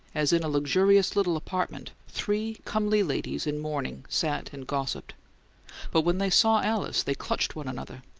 as in a luxurious little apartment, three comely ladies in mourning sat and gossiped but when they saw alice they clutched one another.